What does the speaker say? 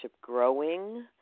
growing